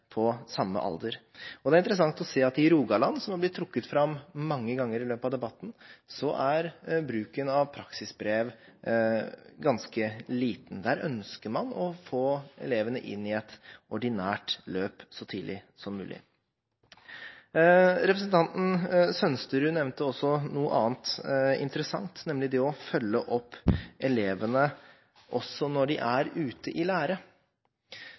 på samme alder. Og det er interessant å se at i Rogaland, som er blitt trukket fram mange ganger i løpet av debatten, er bruken av praksisbrev ganske liten. Der ønsker man å få elevene inn i et ordinært løp så tidlig som mulig. Representanten Sønsterud nevnte også noe annet interessant, nemlig det å følge opp elevene også når de er ute i lære.